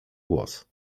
glos